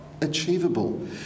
achievable